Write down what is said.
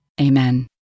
Amen